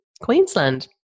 Queensland